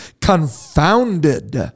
confounded